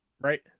Right